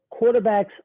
quarterbacks